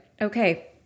Okay